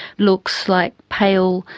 looks like pale,